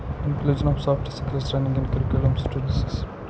inclusion of soft skills running in curriculum